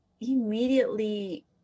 immediately